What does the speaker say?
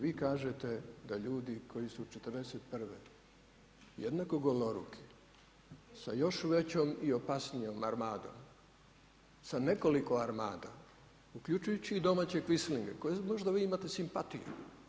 Vi kažete da ljudi koji su '41. jednako goloruki sa još većom i opasnijom armadom, sa nekoliko armada uključujući i domaće kvislinge prema kojima možda vi imate simpatiju.